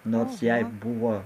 nors jai buvo